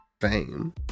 Fame